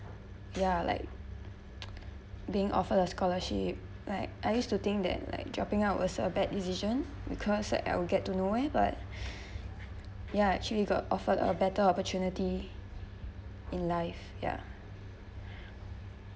ya like being offered a scholarship like I used to think that like dropping out was a bad decision because like I will get to nowhere but ya actually got offered a better opportunity in life ya